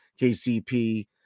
kcp